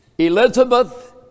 Elizabeth